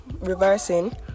reversing